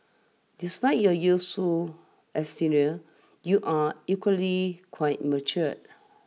despite your youthful exterior you are equally quite mature